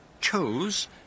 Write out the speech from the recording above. chose